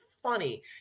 Funny